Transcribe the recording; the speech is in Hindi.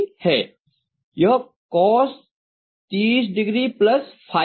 यह COS 30ο होगा